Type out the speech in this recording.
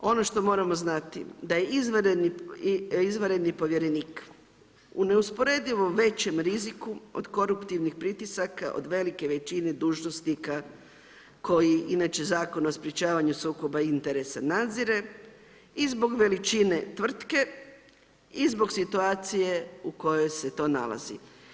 Ono što moramo znati da izvanredni povjerenik u neusporedivo većem riziku od koruptivnih pritisaka od velike većine dužnosnika koji inače Zakon o sprečavanju sukoba interesa nadzire i zbog veličine tvrtke i zbog situacije u kojoj se to nalazi.